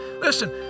Listen